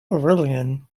aurelian